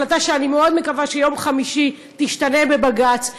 החלטה שאני מאוד מקווה שביום חמישי תשתנה בבג"ץ,